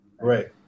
right